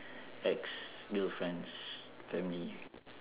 ex girlfriend's family